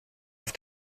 auf